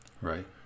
Right